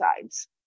sides